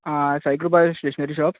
ah Saikripa stationery shop